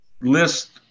list